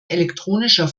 elektronischer